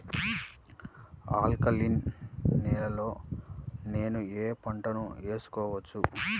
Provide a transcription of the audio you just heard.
Alkaline నేలలో నేనూ ఏ పంటను వేసుకోవచ్చు?